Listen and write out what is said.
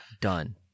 Done